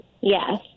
yes